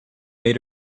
made